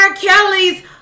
Kelly's